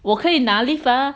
我可以拿 leave 的 ah